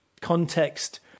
context